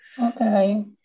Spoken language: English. okay